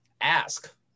ask